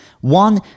One